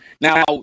Now